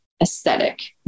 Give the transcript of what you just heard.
aesthetic